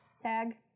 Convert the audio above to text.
tag